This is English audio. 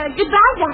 goodbye